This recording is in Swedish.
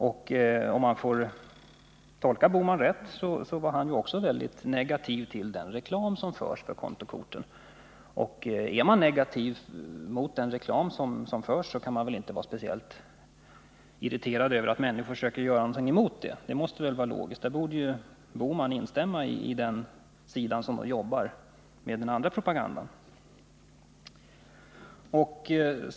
Och om jag tolkar Gösta Bohman rätt var han också negativ till den reklam som förs för kontokorten. Är man negativ till reklamen för kontokorten, bör man väl inte bli irriterad över att andra propagerar mot dem. Gösta Bohman borde i stället stödja dem som propagerar emot — det vore logiskt.